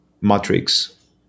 Matrix